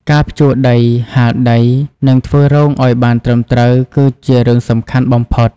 ការភ្ជួរដី ហាលដី និងធ្វើរងឱ្យបានត្រឹមត្រូវគឺជារឿងសំខាន់បំផុត។